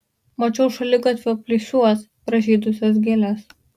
mačiau šaligatvio plyšiuos pražydusias gėles